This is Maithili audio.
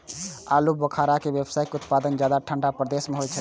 आलू बुखारा के व्यावसायिक उत्पादन ज्यादा ठंढा प्रदेश मे होइ छै